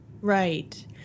Right